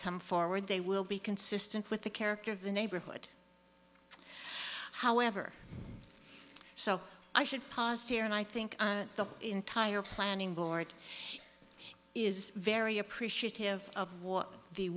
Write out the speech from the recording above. come forward they will be consistent with the character of the neighborhood however so i should pause here and i think the entire planning board is very appreciative of what the